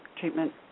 treatment